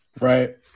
right